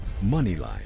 Moneyline